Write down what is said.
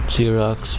Xerox